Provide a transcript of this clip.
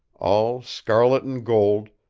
all scarlet and gold,